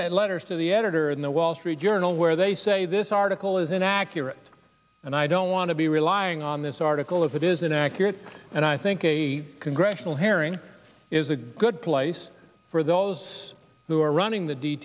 a letter to the editor in the wall street journal where they say this article is inaccurate and i don't want to be relying on this article if it is inaccurate and i think a congressional hearing is a good place for those who are running the d